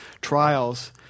trials